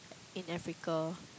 in Africa